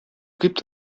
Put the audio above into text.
gibt